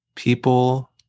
people